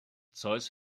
zeus